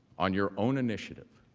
on your own initiative.